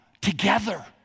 together